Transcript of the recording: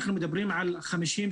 אנחנו מדברים על 50%